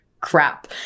crap